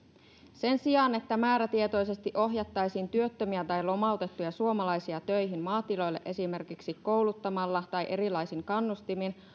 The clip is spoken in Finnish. sen sijaan että määrätietoisesti ohjattaisiin työttömiä tai lomautettuja suomalaisia töihin maatiloille esimerkiksi kouluttamalla tai erilaisin kannustimin